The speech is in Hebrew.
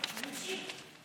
חבר הכנסת סעדי,